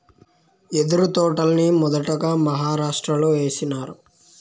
యెదురు తోటల్ని మొదటగా మహారాష్ట్రలో ఏసినారు